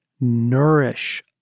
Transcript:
nourish